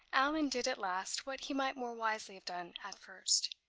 allan did at last what he might more wisely have done at first.